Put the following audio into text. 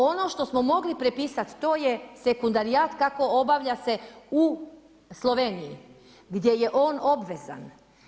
Ono što smo mogli prepisati, to je sekundarijat kako obavlja se u Sloveniji, gdje je on obavezan.